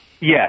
Yes